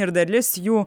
ir dalis jų